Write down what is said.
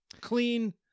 clean